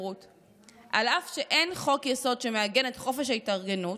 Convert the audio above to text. אף שאין חוק-יסוד שמעגן את חופש ההתארגנות,